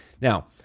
Now